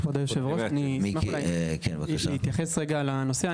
כבוד היושב ראש, אני אשמח להתייחס לנושא.